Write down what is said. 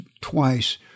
twice